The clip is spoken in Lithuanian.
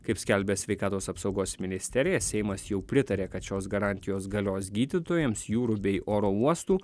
kaip skelbia sveikatos apsaugos ministerija seimas jau pritarė kad šios garantijos galios gydytojams jūrų bei oro uostų